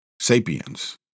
Sapiens